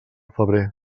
febrer